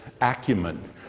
Acumen